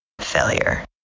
failure